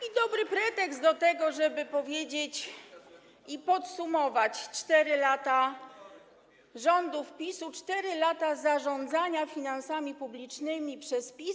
i dobry pretekst do tego, żeby powiedzieć, podsumować 4 lata rządów PiS-u, 4 lata zarządzania finansami publicznymi przez PiS.